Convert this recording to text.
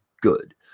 good